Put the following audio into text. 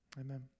Amen